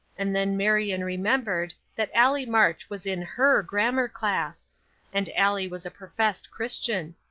and then marion remembered that allie march was in her grammar class and allie was a professed christian.